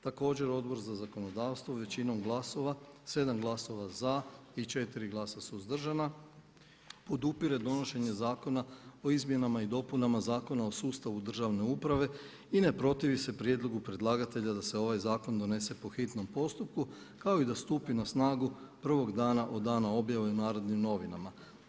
Također Odbor za zakonodavstvo većinom glasova, 7 glasova za i 4 glasa suzdržana podupire donošenje Zakona o izmjenama i dopunama Zakona o sustavu državne uprave i ne protivi se prijedlogu predlagatelja da se ovaj zakon donese po hitnom postupku kao i da stupi na snagu prvog dana od dana objave u „Narodnim novinama“